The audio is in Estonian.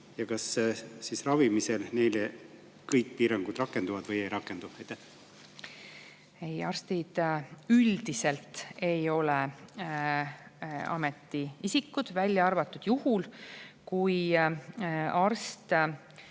ja kas siis ravimisel neile kõik piirangud rakenduvad või ei rakendu. Ei, arstid üldiselt ei ole ametiisikud, välja arvatud juhul, kui arst